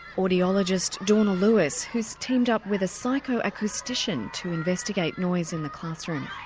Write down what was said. audiologist dawna lewis, who's teamed up with a psycho-acoustician to investigate noise in the classroom.